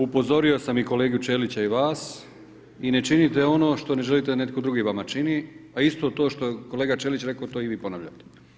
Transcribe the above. Upozorio sam i kolegu Ćelića i vas i ne činite ono što ne želite da netko vama čini a isto to što je kolega Ćelić rekao, to i vi ponavljate.